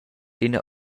ina